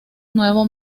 nuevo